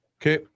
Okay